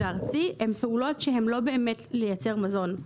הארצי הן פעולות שהן לא באמת לייצר מזון.